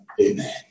Amen